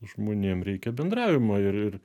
žmonėm reikia bendravimo ir ir